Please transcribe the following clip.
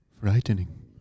frightening